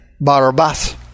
Barabbas